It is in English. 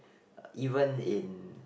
even in